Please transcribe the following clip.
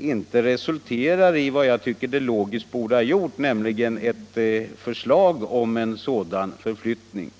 inte resulterar i vad jag anser att den logiskt borde ha gjort, nämligen ett förslag om en sådan förflyttning.